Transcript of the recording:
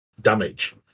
damage